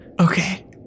Okay